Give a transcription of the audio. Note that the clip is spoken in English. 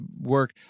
work